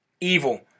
evil